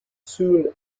soon